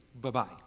Bye-bye